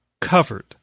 covered